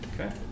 Okay